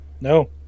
No